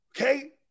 Okay